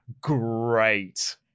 great